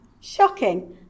Shocking